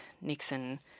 Nixon